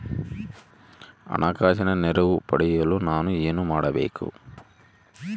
ಹಣಕಾಸಿನ ನೆರವು ಪಡೆಯಲು ನಾನು ಏನು ಮಾಡಬೇಕು?